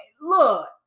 look